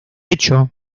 hecho